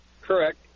Correct